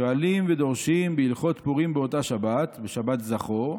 ושואלין ודורשין בהלכות פורים באותה שבת" בשבת זכור,